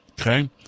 Okay